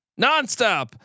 Nonstop